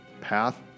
path